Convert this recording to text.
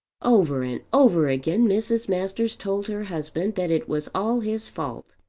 over and over again mrs. masters told her husband that it was all his fault,